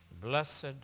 Blessed